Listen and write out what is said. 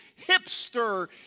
hipster